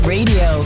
Radio